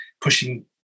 pushing